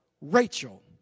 Rachel